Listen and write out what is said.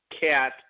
cat